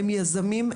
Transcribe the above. הם יזמים,